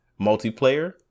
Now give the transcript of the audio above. multiplayer